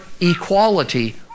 equality